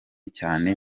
cyane